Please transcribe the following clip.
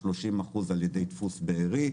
30 אחוזים על ידי דפוס בארי.